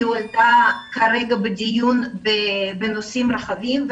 הסוגיה הזאת כרגע בדיון במסגרת נושאים רחבים.